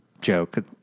joke